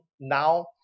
now